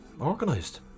organised